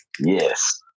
Yes